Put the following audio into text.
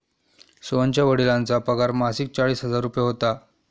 सोहनच्या वडिलांचा पगार मासिक चाळीस हजार रुपये होता